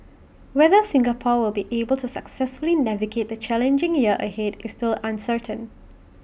whether Singapore will be able to successfully navigate the challenging year ahead is still uncertain